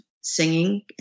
singing